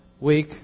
week